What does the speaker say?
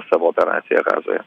savo operaciją gazoje